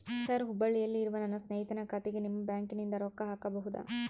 Sir ಹುಬ್ಬಳ್ಳಿಯಲ್ಲಿ ಇರುವ ನನ್ನ ಸ್ನೇಹಿತನ ಖಾತೆಗೆ ನಿಮ್ಮ ಬ್ಯಾಂಕಿನಿಂದ ರೊಕ್ಕ ಹಾಕಬಹುದಾ?